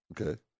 Okay